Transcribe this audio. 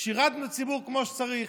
שירתנו את הציבור כמו שצריך?